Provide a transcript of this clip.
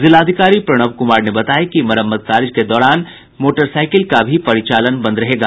जिलाधिकारी प्रणव कुमार ने बताया कि मरम्मत कार्य के दौरान मोटरसाईकिल का भी परिचालन बंद रहेगा